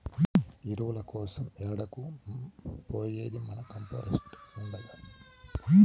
ఎరువుల కోసరం ఏడకు పోయేది మన కంపోస్ట్ ఉండగా